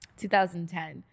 2010